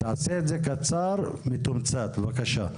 תעשה את זה קצר ומתומצת, בבקשה.